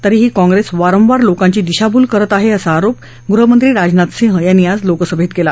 तरीही काँग्रेस वारवार लोकांची दिशाभूल करत आहे असा आरोप गृहमंत्री राजनाथ सिंह यांनी आज लोकसभेत केला